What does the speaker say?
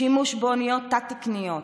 שימוש באוניות תת-תקניות,